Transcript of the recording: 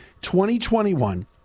2021